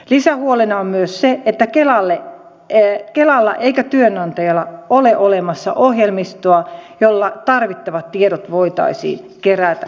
lisähuolena on myös se että kelalla tai työnantajalla ei ole olemassa ohjelmistoa jolla tarvittavat tiedot voitaisiin kerätä